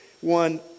one